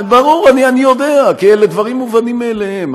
ברור, אני יודע, כי אלה דברים מובנים מאליהם.